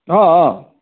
অঁ অঁ